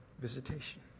visitation